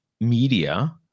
media